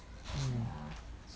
mm